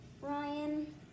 Ryan